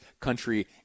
country